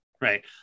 right